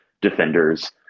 defenders